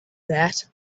that